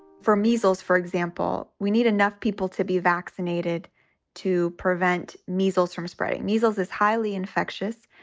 for measles, for example, we need enough people to be vaccinated to prevent measles from spreading. measles is highly infectious.